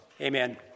Amen